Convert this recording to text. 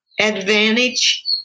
advantage